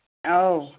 ꯑꯧ